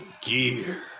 Gear